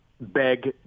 beg